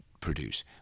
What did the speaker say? produce